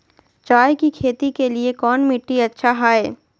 चाय की खेती के लिए कौन मिट्टी अच्छा हाय?